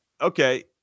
Okay